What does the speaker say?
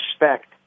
respect